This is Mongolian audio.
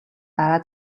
дараа